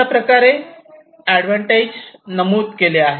अशाप्रकारे एडवांटेज नमूद केले आहेत